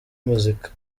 muzika